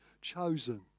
chosen